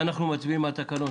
אנחנו מצביעים על התקנות.